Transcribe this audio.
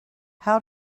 how